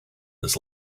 this